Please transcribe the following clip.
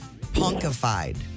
Punkified